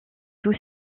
tous